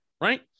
right